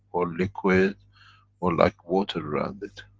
or liquid or like water around it.